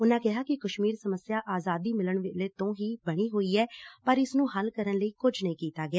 ਉਨਾਂ ਕਿਹਾ ਕਿ ਕਸ਼ਮੀਰ ਸਮੱਸਿਆ ਆਜ਼ਾਦੀ ਮਿਲਣ ਵੇਲੇ ਤੋਂ ਹੀ ਬਣੀ ਹੋਈ ਐ ਪਰ ਇਸ ਨੂੰ ਹੱਲ ਕਰਨ ਲਈ ਕੁਝ ਨਹੀ ਕੀਤਾ ਗਿਆ